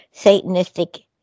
Satanistic